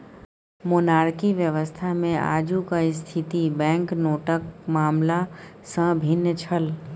monarchy व्यवस्थामे आजुक स्थिति बैंकनोटक मामला सँ भिन्न छल